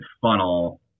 funnel